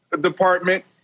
department